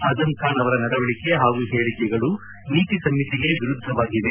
ಅಜಂಖಾನ್ ಅವರ ನಡವಳಿಕೆ ಹಾಗೂ ಹೇಳಿಕೆಗಳು ನೀತಿಸಂಹಿತೆಗೆ ವಿರುದ್ಧವಾಗಿದೆ